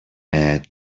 add